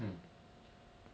either that or I move